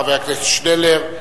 חבר הכנסת עתניאל שנלר,